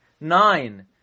Nine